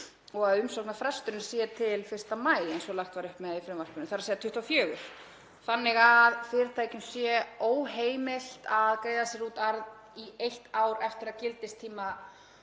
og að umsóknarfresturinn sé til 1. maí, eins og lagt var upp með í frumvarpinu, þ.e. 2024, þannig að fyrirtækjum sé óheimilt að greiða sér út arð í eitt ár eftir að gildistíma